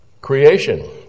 creation